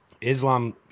Islam